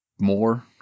more